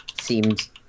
seems